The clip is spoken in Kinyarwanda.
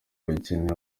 rukeneye